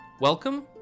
Welcome